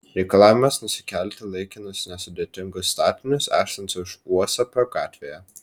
reikalavimas nusikelti laikinus nesudėtingus statinius esančius uosupio gatvėje